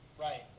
Right